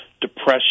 depression